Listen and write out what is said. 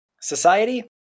Society